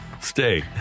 Stay